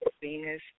Venus